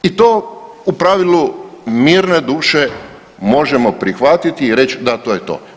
I to u pravilu mirne duše možemo prihvatiti i reći, da, to je to.